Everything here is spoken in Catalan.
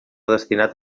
destinat